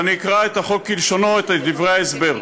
ואני אקרא את החוק כלשונו, את דברי ההסבר.